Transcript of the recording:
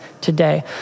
today